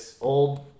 old